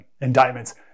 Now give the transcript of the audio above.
indictments